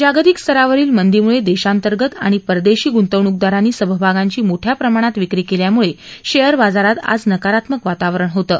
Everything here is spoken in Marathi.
जागतिक स्तरावरील मंदीमुळे देशांतर्गत आणि परदेशी गुंतवणूकदारांनी समभागांची मोठ्या प्रमाणात विक्री केल्यामुळे शेयर बाजारात आज नकारात्मक वातावरण होतं